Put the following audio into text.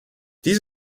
dies